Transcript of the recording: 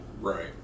Right